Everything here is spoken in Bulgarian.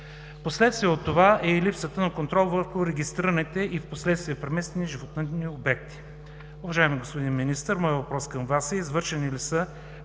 Последствие от това е и липсата на контрол върху регистрираните и впоследствие преместени животновъдни обекти.